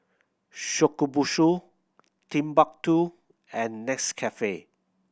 Shokubutsu Timbuk Two and Nescafe